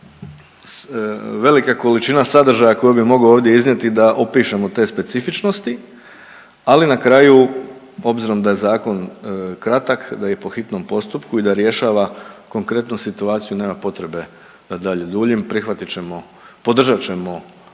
velika količina sadržaja koju bih ovdje mogao iznijeti da opišemo te specifičnosti ali na kraju obzirom da je zakon kratak, da je po hitnom postupku i da rješava konkretnu situaciju nema potrebe da dalje duljim. Prihvatit ćemo,